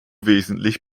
wesentlich